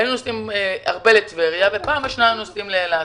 בתקופה הזאת היינו נוסעים הרבה לטבריה ופעם בשנה נוסעים לאילת.